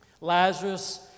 Lazarus